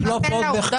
בואו נשלוף עוד מחקרים.